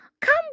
Come